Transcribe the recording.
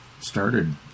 started